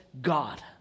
God